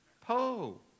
Poe